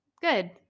good